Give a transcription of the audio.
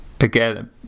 again